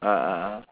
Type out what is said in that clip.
ah ah ah